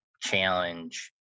challenge